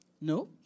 No